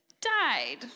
died